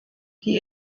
die